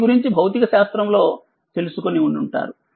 దీని గురించి భౌతిక శాస్త్రం లోతెలుసుకుని ఉంటారు